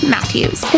Matthews